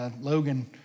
Logan